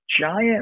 giant